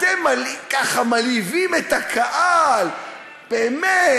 אתם ככה מלהיבים את הקהל, באמת: